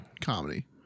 comedy